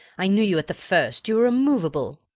i knew you at the first, you were a moveable.